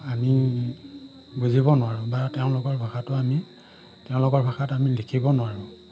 আমি বুজিব নোৱাৰোঁ বা তেওঁলোকৰ ভাষাটো আমি তেওঁলোকৰ ভাষাত আমি লিখিব নোৱাৰোঁ